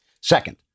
Second